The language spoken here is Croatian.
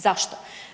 Zašto?